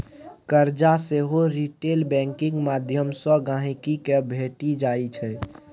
करजा सेहो retail banking माध्यमसँ गांहिकी केँ भेटि जाइ छै